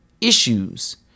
issues